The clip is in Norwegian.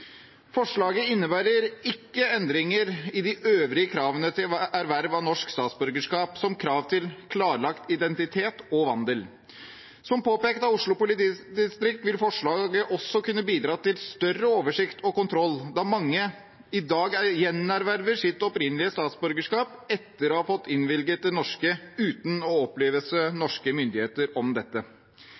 Forslaget innebærer ikke endringer i de øvrige kravene til erverv av norsk statsborgerskap, som krav til klarlagt identitet og vandel. Som påpekt av Oslo politidistrikt vil forslaget også kunne bidra til større oversikt og kontroll, da mange i dag gjenerverver sitt opprinnelige statsborgerskap etter å ha fått innvilget det norske, uten å opplyse norske myndigheter om dette.